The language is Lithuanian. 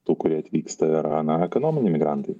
tų kurie atvyksta yra na ekonominiai migrantai